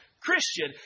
Christian